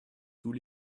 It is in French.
tous